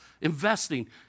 Investing